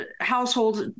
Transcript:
Households